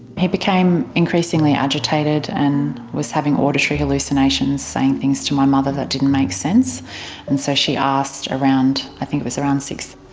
he became increasingly agitated and was having auditory hallucinations, saying things to my mother that didn't make sense and so she asked around, i think it was around six,